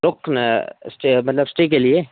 रुकना इस्टे मतलब इस्टे के लिए